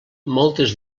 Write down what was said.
moltes